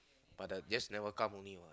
but the just never come only what